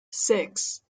six